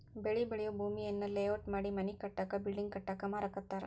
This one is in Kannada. ಬೆಳಿ ಬೆಳಿಯೂ ಭೂಮಿಯನ್ನ ಲೇಔಟ್ ಮಾಡಿ ಮನಿ ಕಟ್ಟಾಕ ಬಿಲ್ಡಿಂಗ್ ಕಟ್ಟಾಕ ಮಾರಾಕತ್ತಾರ